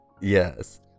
Yes